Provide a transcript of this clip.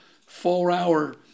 four-hour